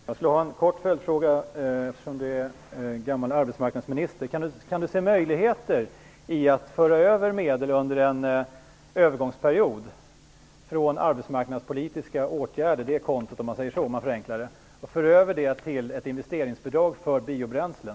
Fru talman! Jag har en kort följdfråga. Kan Anders Sundström som gammal arbetsmarknadsminister se möjligheter i att under en övergångsperiod föra över medel från kontot för arbetsmarknadspolitiska åtgärder, om man förenklar det litet, till ett investeringsbidrag för biobränslen?